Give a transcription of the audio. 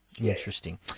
Interesting